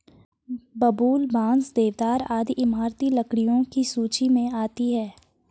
बबूल, बांस, देवदार आदि इमारती लकड़ियों की सूची मे आती है